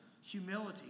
humility